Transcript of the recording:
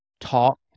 Talk